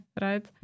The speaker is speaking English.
right